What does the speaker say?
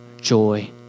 joy